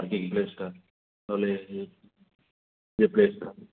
parking ପ୍ଲେସ୍ଟା ନହେଲେ ଇଏ ପ୍ଲେସ୍ଟା